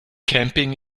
camping